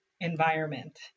environment